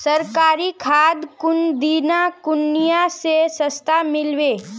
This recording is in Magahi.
सरकारी खाद कौन ठिना कुनियाँ ले सस्ता मीलवे?